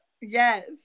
Yes